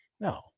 No